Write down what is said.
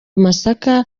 amasaka